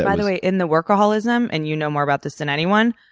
by the way, in the workaholism, and you know more about this than anyone,